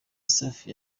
safi